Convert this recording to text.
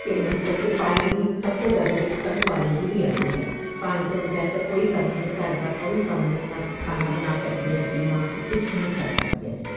ਅਤੇ ਮਤਲਬ ਕਿ ਪਾਣੀ ਦੀ ਸਭ ਤੋਂ ਜ਼ਿਆਦਾ ਦਿੱਕਤ ਸਾਨੂੰ ਪਾਣੀ ਦੀ ਹੀ ਆਉਂਦੀ ਹੈ ਪਾਣੀ ਤੋਂ ਬਗੈਰ ਤਾਂ ਕੋਈ ਕੰਮ ਨਹੀਂ ਕਰਦਾ ਕੋਈ ਕੰਮ ਨਹੀਂ ਨਾ ਖਾਣਾ ਬਣਾ ਸਕਦੇ ਅਸੀਂ ਨਾ ਅਸੀਂ ਕੁਛ ਵੀ ਨਹੀਂ ਕਰ ਸਕਦੇ ਅਸੀਂ